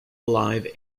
alive